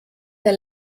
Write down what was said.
der